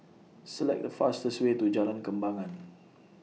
Select The fastest Way to Jalan Kembangan